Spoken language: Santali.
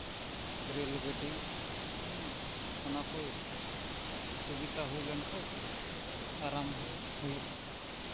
ᱨᱮᱹᱞ ᱜᱟᱹᱰᱤ ᱚᱱᱟ ᱠᱚ ᱥᱩᱵᱤᱫᱷᱟ ᱦᱩᱭ ᱞᱮᱱᱠᱷᱟᱡ ᱟᱨᱟᱢ ᱦᱩᱭᱩᱜᱼᱟ